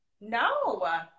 No